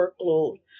workload